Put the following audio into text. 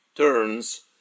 turns